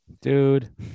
Dude